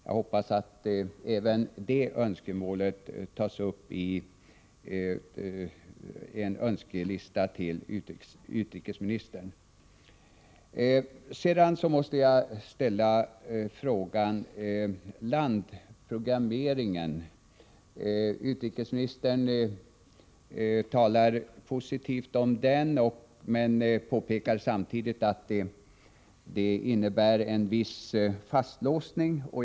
Jag hoppas att även detta önskemål tas upp i en önskelista till utrikesministern. Utrikesministern talar positivt om landprogrammeringen men påpekar samtidigt att den innebär en viss fastlåsning.